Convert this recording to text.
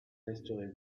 resterez